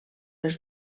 els